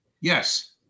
Yes